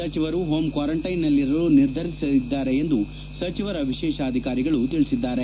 ಸಚಿವರು ಹೋಮ್ ಕ್ವಾರಂಟೈನ್ನಲ್ಲಿರಲು ನಿರ್ಧರಿಸಿದ್ದಾರೆ ಎಂದು ಸಚಿವರ ವಿಶೇಷಾಧಿಕಾರಿಗಳು ತಿಳಿಸಿದ್ದಾರೆ